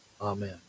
Amen